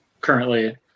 currently